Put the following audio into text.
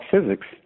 physics